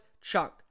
Chunk